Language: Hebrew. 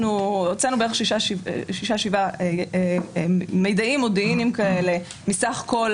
בערך 6% 7% מידעים מודיעינים כאלה מסך כל